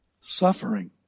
suffering